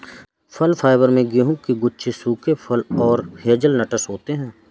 फल फाइबर में गेहूं के गुच्छे सूखे फल और हेज़लनट्स होते हैं